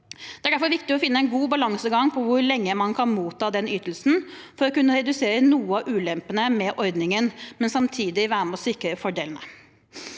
Det er derfor viktig å finne en god balansegang med tanke på hvor lenge man kan motta den ytelsen, for å kunne redusere noen av ulempene med ordningen, men samtidig være med og sikre fordelene.